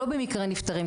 לא במקרי הנפטרים,